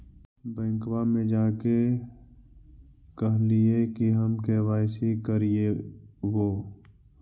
बैंकवा मे जा के कहलिऐ कि हम के.वाई.सी करईवो?